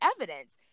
evidence